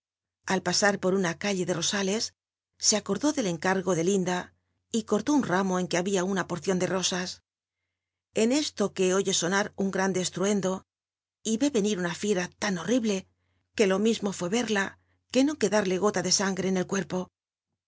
al pasar por una calle de rosales se acordó del encargo de linda y cortó un ramo en que había una porcion de rosas en esto que oye sonar un grande estruendo y ve venir una fiera tan bottible que lo mismo fué yerla que no qucdarle gota de sangre en el cuerpo